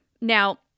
Now